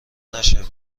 نشه